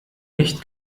nicht